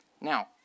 Now